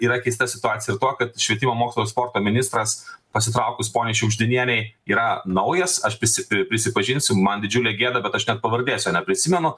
yra keista situacija tuo kad švietimo mokslo ir sporto ministras pasitraukus poniai šiugždinienei yra naujas aš prisi prisipažinsiu man didžiulė gėda bet aš net pavardės jo neprisimenu